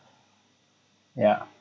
yeah